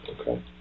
okay